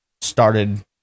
started